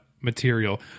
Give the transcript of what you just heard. material